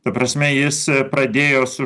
ta prasme jis pradėjo su